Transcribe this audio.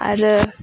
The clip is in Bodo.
आरो